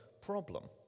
problem